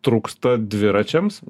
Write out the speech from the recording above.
trūksta dviračiams